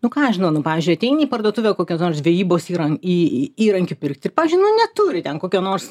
nu ką aš žinau nu pavyzdžiui ateini į parduotuvę kokios nors žvejybos įrank į į įrankių pirkt ir pavyzdžiui nu neturi ten kokio nors